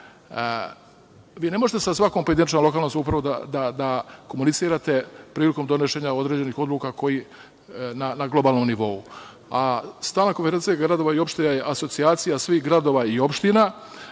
vi ne možete sa svakom pojedinačno lokalnom samoupravom da komunicirate prilikom donošenja određenih odluka na globalnom nivou, a Stalna konferencija gradova i opština je asocijacija svih gradova i opština.